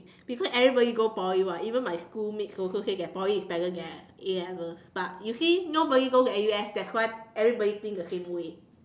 because everybody go Poly [what] even my schoolmates also say that Poly is better than A-levels but you see nobody go to N_U_S that's why everybody think the same way